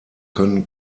können